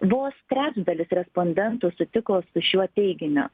vos trečdalis respondentų sutiko su šiuo teiginiu